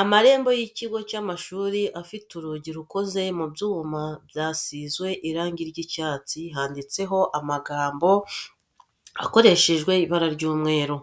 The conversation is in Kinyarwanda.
Amarembo y'ikigo cy'amashuri afite urugi rukoze mu byuma byasizwe irangi ry'icyatsi handitseho amagambo akoreshejwe ibara ry'umweru,